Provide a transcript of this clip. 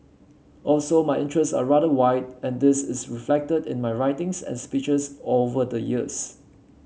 also my interests are rather wide and this is reflected in my writings and speeches all over the years